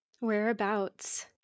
Whereabouts